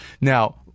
Now